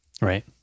Right